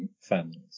families